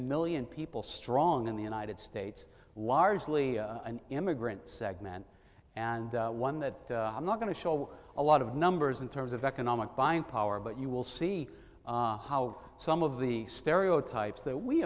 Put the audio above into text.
million people strong in the united states largely an immigrant segment and one that i'm not going to show a lot of numbers in terms of economic buying power but you will see how some of the stereotypes that we